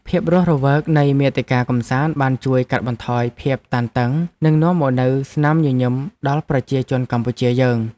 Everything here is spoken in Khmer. ភាពរស់រវើកនៃមាតិកាកម្សាន្តបានជួយកាត់បន្ថយភាពតានតឹងនិងនាំមកនូវស្នាមញញឹមដល់ប្រជាជនកម្ពុជាយើង។